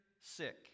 sick